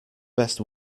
best